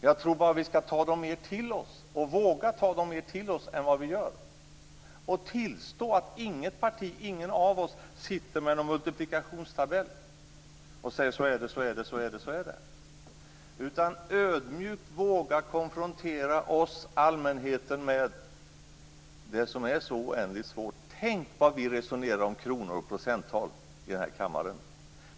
Jag tror bara att vi skall ta dem mer till oss och våga ta dem mer till oss än vad vi gör. Vi måste tillstå att inget parti och ingen av oss sitter med någon multiplikationstabell och kan säga att så är det. Vi, allmänheten, måste ödmjukt våga konfronteras med det som är så oändligt svårt. Tänk vad vi resonerar om kronor och procenttal i den här kammaren.